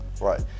Right